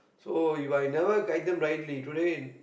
so If I never guide them rightly today